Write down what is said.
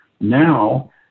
Now